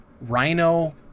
Rhino